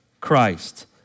Christ